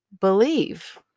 believe